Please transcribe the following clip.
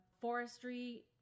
forestry